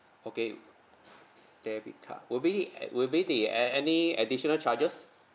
okay debit card will be a~ will there be a~ any additional charges